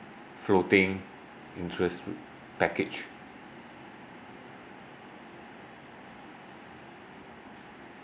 floating interest package